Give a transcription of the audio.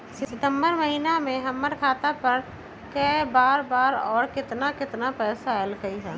सितम्बर महीना में हमर खाता पर कय बार बार और केतना केतना पैसा अयलक ह?